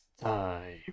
time